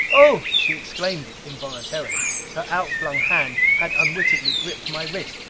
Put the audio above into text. oh! she exclaimed it involuntarily. her outflung hand had unwittingly gripped my wrist,